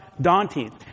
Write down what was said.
daunting